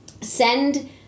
send